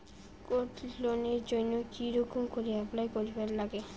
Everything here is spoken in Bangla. গোল্ড লোনের জইন্যে কি রকম করি অ্যাপ্লাই করিবার লাগে?